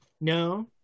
No